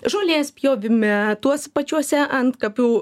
žolės pjovime tuos pačiuose antkapių